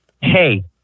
hey